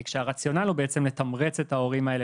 כשהרציונל הוא בעצם לתמרץ את ההורים האלה